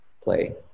play